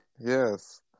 yes